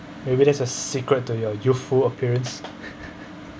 maybe there's a secret to your youthful appearance